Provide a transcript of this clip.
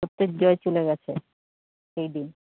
চলে গেছে সেই দিন